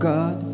God